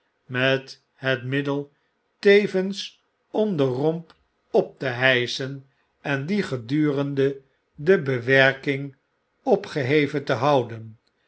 met het middeltevens om den romp op te hyschen en dien gedurende de bewerking opgeheven te houden